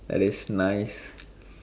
that is nice